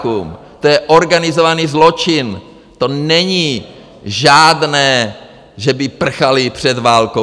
To je organizovaný zločin, to není žádné, že by prchali před válkou.